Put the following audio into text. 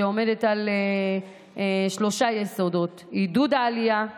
שעומדת על שלושה יסודות: עידוד העלייה,